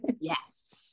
yes